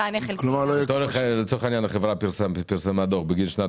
אם החברה פרסמה דוח בגין שנת